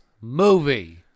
movie